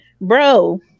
bro